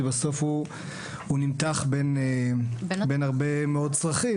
כי בסוף הוא נמתח בין הרבה מאוד צרכים